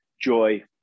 joy